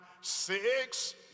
six